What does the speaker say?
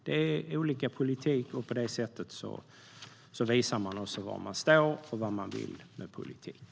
Det är olika politik, och på detta sätt visar man var man står och vad man vill med sin politik.